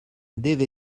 des